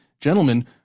Gentlemen